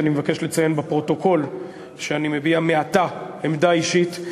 אני מבקש לציין בפרוטוקול שאני מביע מעתה עמדה אישית.